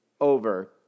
over